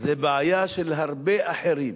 זו בעיה של הרבה אחרים.